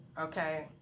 Okay